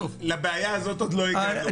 לבעיה הזאת לא הגענו.